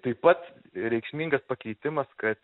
taip pat reikšmingas pakeitimas kad